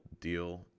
deal